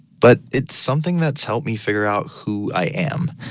but it's something that's helped me figure out who i am.